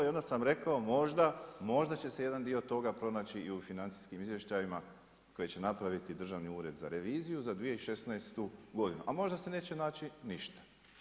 I onda sam rekao možda će se jedan dio toga pronaći i u financijskim izvještajima koje će napraviti Državni ured za reviziju za 2016. godinu, a možda se neće naći ništa.